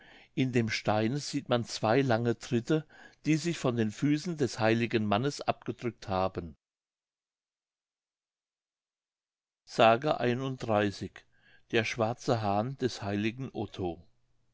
in dem steine sieht man zwei lange tritte die sich von den füßen des heiligen mannes abgedrückt haben der schwarze hahn des h otto